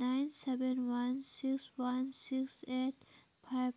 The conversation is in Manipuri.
nine seven one six one six eight five